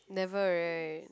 never right